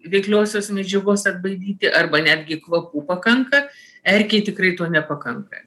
veikliosios medžiagos atbaidyti arba netgi kvapų pakanka erkei tikrai to nepakanka